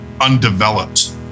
undeveloped